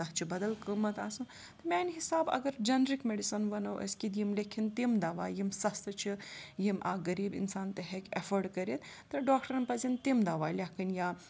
تَتھ چھِ بَدَل قۭمَتھ آسان تہٕ میٛانہِ حِساب اگر جَنرِک میٚڈِسَن وَنو أسۍ کہِ یِم لیٚکھِنۍ تِم دَوا یِم سَستہٕ چھِ یِم اَکھ غریٖب اِنسان تہِ ہٮ۪کہِ اٮ۪فٲڈ کٔرِتھ تہٕ ڈاکٹرَن پَزَن تِم دوا لٮ۪کھٕنۍ یا